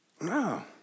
No